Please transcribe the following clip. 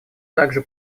также